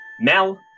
Mel